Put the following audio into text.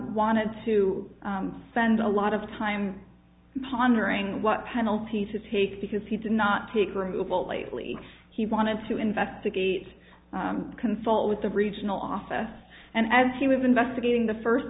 wanted to send a lot of time pondering what penalty to take because he did not take rueful lately he wanted to investigate consult with the regional office and as he was investigating the first